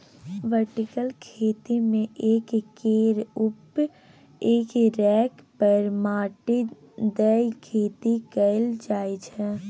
vertical खेती मे एक केर उपर एक रैक पर माटि दए खेती कएल जाइत छै